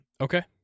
Okay